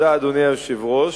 אדוני היושב-ראש,